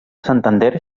santander